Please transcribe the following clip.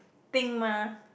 think mah